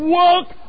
work